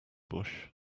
bush